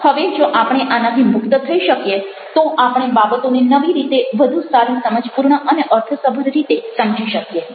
હવે જો આપંણે આનાથી મુક્ત થઈ શકીએ તો આપણે બાબતોને નવી રીતે વધુ સારી સમજપૂર્ણ અને અર્થસભર રીતે સમજી શકીએ